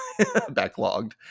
Backlogged